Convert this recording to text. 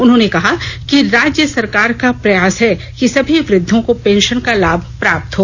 उन्होंने कहा कि राज्य सरकार का प्रयास है कि सभी वृद्वों को पेंशन का लाभ प्राप्त हो